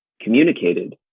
communicated